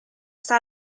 sta